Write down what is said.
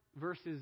verses